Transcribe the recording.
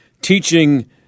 teaching